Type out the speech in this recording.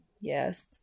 yes